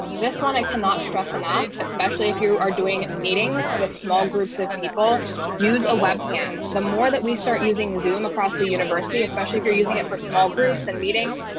this one i cannot stress enough, especially if you are doing meetings with small groups of people use a webcam the more that we start using zoom across the university, especially if you're using it for small groups and meetings.